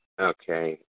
Okay